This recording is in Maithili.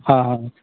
हॅं हॅं